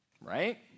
right